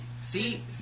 See